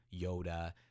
Yoda